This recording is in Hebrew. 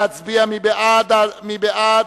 מי בעד?